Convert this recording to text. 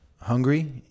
hungry